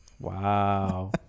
Wow